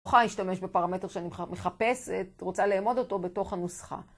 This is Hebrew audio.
אוכל להשתמש בפרמטר שאני מחפשת, רוצה לאמוד אותו בתוך הנוסחה.